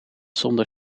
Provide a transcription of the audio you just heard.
zonder